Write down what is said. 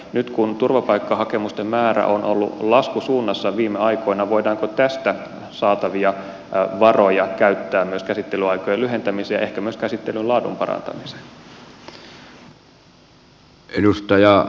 nyt kun turvapaikkahakemusten määrä on ollut laskusuunnassa viime aikoina voidaanko tästä saatavia varoja käyttää myös käsittelyaikojen lyhentämiseen ja ehkä myös käsittelyn laadun parantamiseen